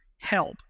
help